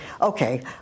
okay